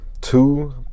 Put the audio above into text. two